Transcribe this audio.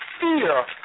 Fear